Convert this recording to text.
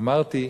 אמרתי: